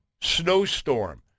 snowstorm